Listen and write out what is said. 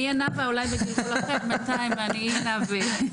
לגבי הכשרות, אז אנחנו באמת,